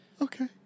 Okay